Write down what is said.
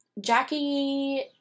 Jackie